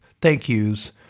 thank-yous